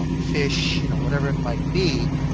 ah fish, you know whatever it might be,